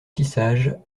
tissage